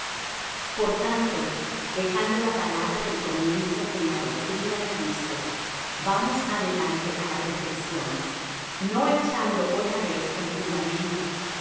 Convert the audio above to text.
por tanto dejando la palabra del comienzo en la doctrina de cristo vamos adelante á la perfección no echando otra vez el fundamento